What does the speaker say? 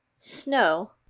Snow